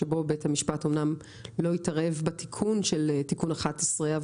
שבו בית המשפט אמנם לא התערב בתיקון של תיקון 11 אבל